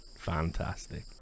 fantastic